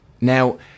Now